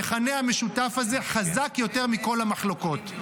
המכנה המשותף הזה חזק יותר מכל המחלוקות,